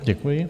Děkuji.